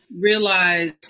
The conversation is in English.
realize